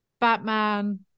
batman